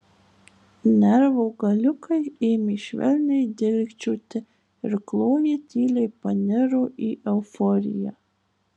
nervų galiukai ėmė švelniai dilgčioti ir kloja tyliai paniro į euforiją